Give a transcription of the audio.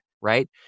right